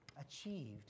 achieved